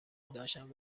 داشتند